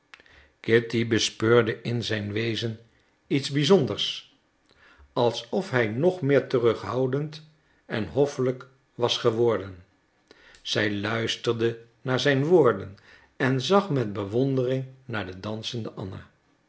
kitty bespeurde in zijn wezen iets bizonders alsof hij nog meer terughoudend en hoffelijk was geworden zij luisterde naar zijn woorden en zag met bewondering naar de dansende